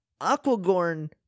aquagorn